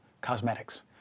cosmetics